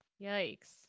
yikes